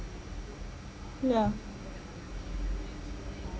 yeah